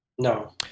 No